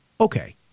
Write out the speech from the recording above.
okay